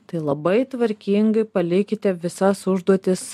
tai labai tvarkingai palikite visas užduotis